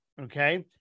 okay